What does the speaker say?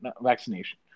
vaccination